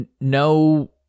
no